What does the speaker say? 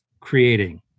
creating